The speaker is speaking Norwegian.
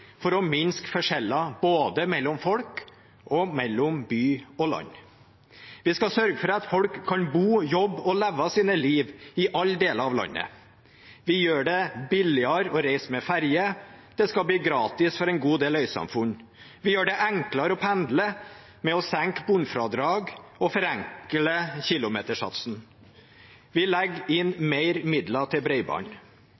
for å minske forskjeller både mellom folk og mellom by og land. Vi skal sørge for at folk kan bo, jobbe og leve sitt liv i alle deler av landet. Vi gjør det billigere å reise med ferje. Det skal bli gratis for en god del øysamfunn. Vi gjør det enklere å pendle ved å senke bunnfradraget og forenkle kilometersatsen. Vi legger